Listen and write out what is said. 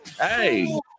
hey